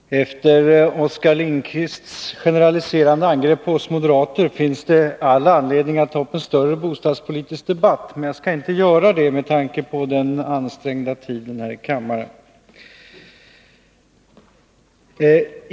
Herr talman! Efter Oskar Lindkvists generaliserande angrepp på moderater finns det all anledning att ta upp en större bostadspolitisk debatt, men jag skall inte göra det med tanke på den ansträngda tiden här i kammaren.